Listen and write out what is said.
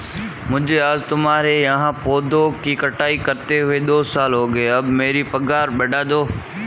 मुझे आज तुम्हारे यहाँ पौधों की छंटाई करते हुए दो साल हो गए है अब मेरी पगार बढ़ा दो